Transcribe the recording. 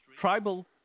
tribal